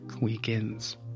weekends